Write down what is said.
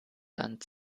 dann